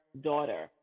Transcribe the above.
daughter